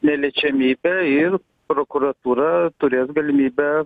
neliečiamybę ir prokuratūra turės galimybę